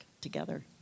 together